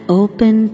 open